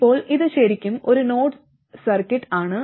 ഇപ്പോൾ ഇത് ശരിക്കും ഒരു നോഡ് സർക്യൂട്ട് ആണ്